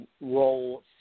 role